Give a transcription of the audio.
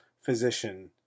physician